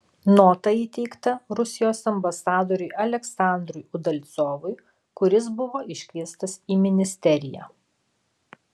nota įteikta rusijos ambasadoriui aleksandrui udalcovui kuris buvo iškviestas į ministeriją